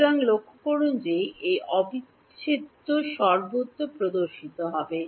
সুতরাং লক্ষ করুন যে এই অবিচ্ছেদ্য সর্বত্র প্রদর্শিত হবে